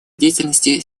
деятельности